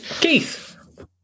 Keith